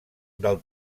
del